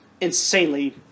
insanely